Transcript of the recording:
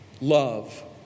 Love